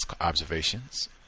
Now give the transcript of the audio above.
observations